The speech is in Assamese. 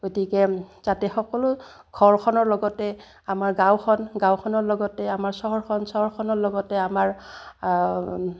গতিকে যাতে সকলো ঘৰখনৰ লগতে আমাৰ গাঁওখন গাঁওখনৰ লগতে আমাৰ চহৰখন চহৰখনৰ লগতে আমাৰ